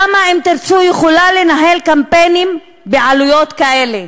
למה "אם תרצו" יכולה לנהל קמפיינים בעלויות כאלה?